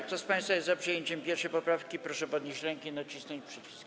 Kto z państwa jest za przyjęciem 1. poprawki, proszę podnieść rękę i nacisnąć przycisk.